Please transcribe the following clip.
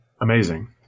Amazing